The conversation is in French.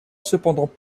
cependant